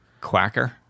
Quacker